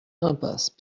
impasse